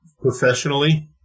professionally